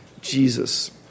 Jesus